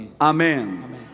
Amen